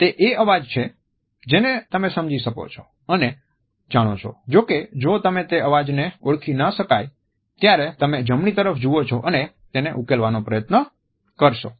તે એ અવાજ છે જેને તમે સમજી શકો છો અને જાણો છો જો કે જો તમે તે અવાજને ઓળખી ના શકાય ત્યારે તમે જમણી તરફ જુઓ છો અને તેને ઉકેલવાનો પ્રયત્ન કરશો